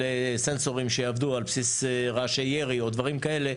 לסנסורים שיעבדו על בסיס רעשי ירי או דברים כאלה,